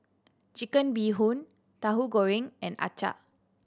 Chicken Bee Hoon Tauhu Goreng and acar